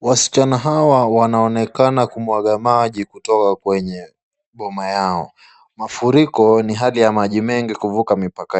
Wasichana hawa wanaonekana kumwaga maji kutoka Kwenye boma yao, mafuriko ni hali ya maji mengi kuvuka mipaka